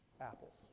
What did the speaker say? Apples